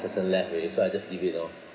person left already so I just leave it lor